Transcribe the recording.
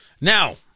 now